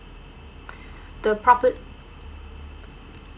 the propo~